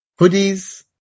hoodies